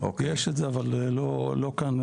יש את זה, אבל לא כאן.